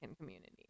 community